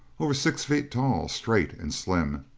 over six feet tall, straight and slim.